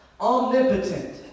omnipotent